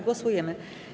Głosujemy.